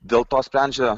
dėl to sprendžia